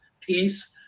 peace